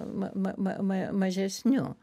ma ma ma mažesnių